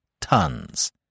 tons